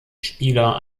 spieler